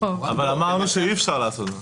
אמרנו שאי-אפשר לעשות.